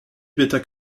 beta